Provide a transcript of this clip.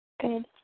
good